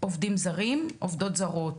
עובדים זרים ועובדות זרות,